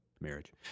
Marriage